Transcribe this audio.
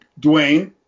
Dwayne